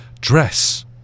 Dress